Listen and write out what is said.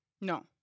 No